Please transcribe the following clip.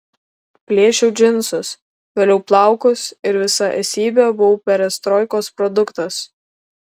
plėšiau džinsus vėliau plaukus ir visa esybe buvau perestroikos produktas